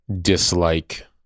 dislike